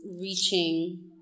reaching